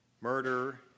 murder